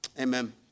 Amen